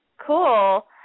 Cool